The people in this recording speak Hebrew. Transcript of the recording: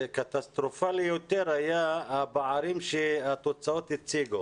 וקטסטרופלי יותר היו הפערים שהתוצאות הציגו